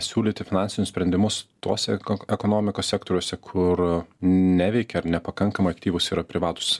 siūlyti finansinius sprendimus tuose ekonomikos sektoriuose kur neveikia ar nepakankamai aktyvūs yra privatūs